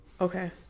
Okay